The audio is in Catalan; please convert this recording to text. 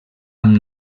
amb